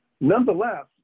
Nonetheless